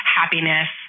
happiness